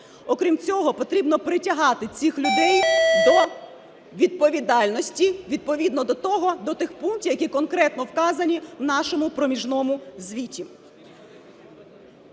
окрім цього, потрібно притягати цих людей до відповідальності відповідно до того, до тих пунктів, які конкретно вказані в нашому проміжному звіті.